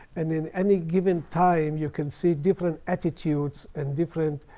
and in any given time, you can see different attitudes and different